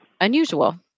unusual